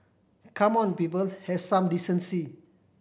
come on people have some decency